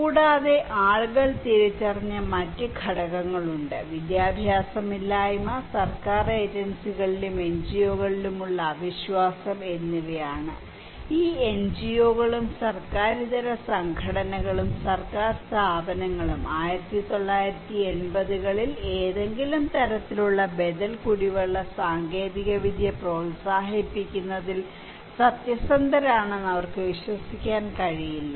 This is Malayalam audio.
കൂടാതെ ആളുകൾ തിരിച്ചറിഞ്ഞ മറ്റ് ഘടകങ്ങളുണ്ട് വിദ്യാഭ്യാസമില്ലായ്മ സർക്കാർ ഏജൻസികളിലും എൻജിഒകളിലും അവിശ്വാസം എന്നിവയാണ് ഈ എൻജിഒകളും സർക്കാരിതര സംഘടനകളും സർക്കാർ സ്ഥാപനങ്ങളും 1980 കളിൽ ഏതെങ്കിലും തരത്തിലുള്ള ബദൽ കുടിവെള്ള സാങ്കേതികവിദ്യ പ്രോത്സാഹിപ്പിക്കുന്നതിൽ സത്യസന്ധരാണെന്ന് അവർക്ക് വിശ്വസിക്കാൻ കഴിയില്ല